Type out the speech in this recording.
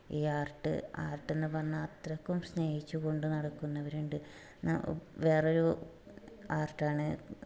ഈ ആർട്ട് ആർട്ടെന്ന് പറഞ്ഞാൽ അത്രക്കും സ്നേഹിച്ച് കൊണ്ട് നടക്കുന്നവരുണ്ട് വേറൊരു ആർട്ടാണ്